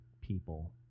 people